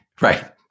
Right